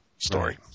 story